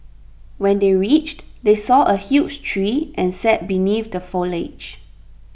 when they reached they saw A huge tree and sat beneath the foliage